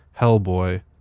Hellboy